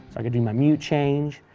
i can do my mute change,